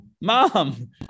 Mom